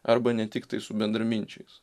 arba ne tiktai su bendraminčiais